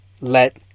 let